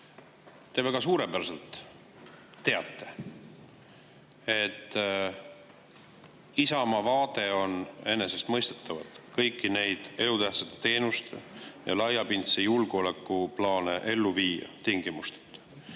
Te väga suurepäraselt teate, et Isamaa vaade on enesestmõistetavalt kõiki neid elutähtsate teenuste ja laiapindse julgeoleku plaane tingimusteta